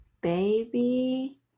baby